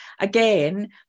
again